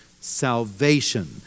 Salvation